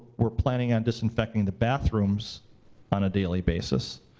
we're planning on disinfecting the bathrooms on a daily basis.